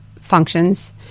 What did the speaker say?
functions